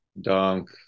dunk